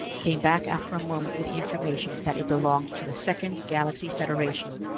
came back after a moment with the information that it belonged to the second galaxy federation,